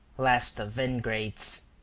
last of ingrates!